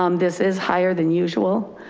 um this is higher than usual.